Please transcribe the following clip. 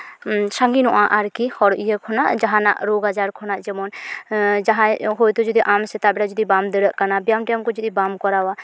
ᱥᱟᱺᱜᱤᱧᱚᱜᱼᱟ ᱟᱨᱠᱤ ᱦᱚᱲ ᱤᱭᱟᱹ ᱠᱷᱚᱱᱟᱜ ᱡᱟᱦᱟᱱᱟᱜ ᱨᱳᱜᱽ ᱟᱡᱟᱨ ᱠᱷᱷᱚᱱᱟᱜ ᱡᱮᱢᱚᱱ ᱡᱟᱦᱟᱸᱭ ᱦᱳᱭᱛᱳ ᱡᱩᱫᱤ ᱟᱢ ᱥᱮᱛᱟᱜ ᱵᱮᱲᱟ ᱡᱩᱫᱤ ᱵᱟᱢ ᱫᱟᱹᱲᱟᱜ ᱠᱟᱱᱟ ᱵᱮᱭᱟᱢᱼᱴᱮᱭᱟᱢ ᱠᱚ ᱡᱩᱫᱤ ᱵᱟᱢ ᱠᱚᱨᱟᱣᱟ